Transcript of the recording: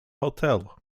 hotel